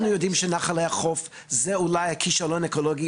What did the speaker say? אנחנו יודעים שנחלי החוף זה אולי הכישלון האקולוגי